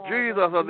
Jesus